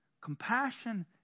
compassion